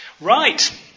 Right